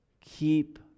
Keep